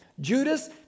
Judas